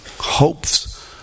hopes